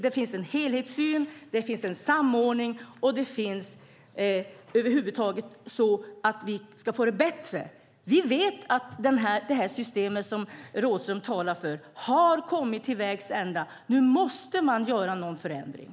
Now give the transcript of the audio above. Det finns en helhetssyn och en samordning för att vi ska få det bättre. Vi vet att det system som Rådhström talar för kommit till vägs ände. Nu måste det ske en förändring.